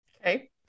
okay